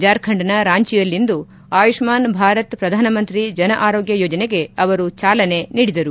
ಜಾರ್ಖಂಡ್ನ ರಾಂಚಿಯಲ್ಲಿಂದು ಆಯುಷ್ನಾನ್ ಭಾರತ್ ಪ್ರಧಾನಮಂತ್ರಿ ಜನ ಆರೋಗ್ಯ ಯೋಜನೆಗೆ ಅವರು ಚಾಲನೆ ನೀಡಿದರು